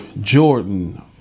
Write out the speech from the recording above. Jordan